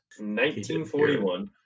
1941